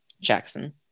Jackson